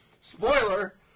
Spoiler